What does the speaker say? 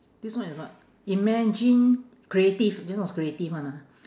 this one is what imagine creative this one is creative one ah